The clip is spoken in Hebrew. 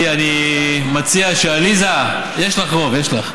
גברתי, אני מציע עליזה, יש לך רוב, יש לך.